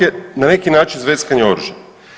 je na neki način zveckanje oružjem.